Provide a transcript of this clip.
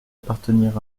appartenir